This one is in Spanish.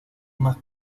más